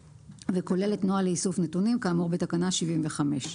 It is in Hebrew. וכוללת נוהל לאיסוף נתונים, כאמור בתקנה 75,